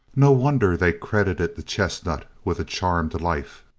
no wonder they credited the chestnut with a charmed life.